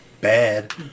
Bad